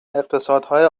اقتصادهای